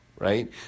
Right